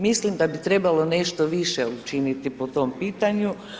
Mislim da bi trebalo nešto više učiniti po tom pitanju.